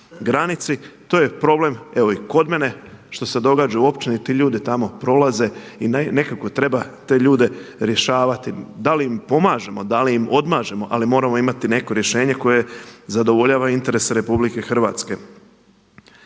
granici. To je problem evo i kod mene što se događa u općini. Ti ljudi tamo prolaze i nekako treba te ljude rješavati. Da li im pomažemo, da li im odmažemo ali moramo imati neko rješenje koje zadovoljava interes RH.